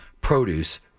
produce